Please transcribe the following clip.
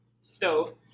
stove